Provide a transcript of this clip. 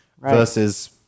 versus